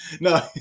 no